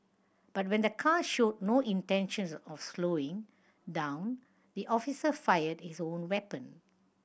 but when the car showed no intentions of slowing down the officer fired his own weapon